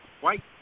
white